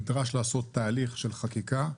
נדרש לעשות תהליך של חקיקה,